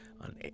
on